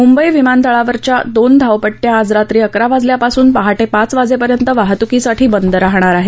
मुंबई विमानतळावरच्या दोन्ह धावपट्टया आज रात्री अकरा वाजल्यापासून पहाटे पाच वाजेपर्यंत वाहतुकीसाठी बंद राहणार आहेत